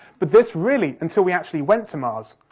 but this really, until we actually went to mars,